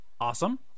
Awesome